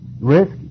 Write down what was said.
Risk